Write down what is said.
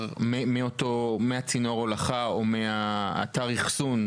טווח מצינור ההולכה או מאתר האחסון,